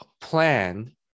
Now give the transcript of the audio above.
plan